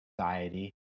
society